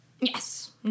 Yes